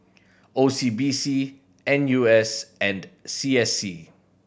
O C B C N U S and C S C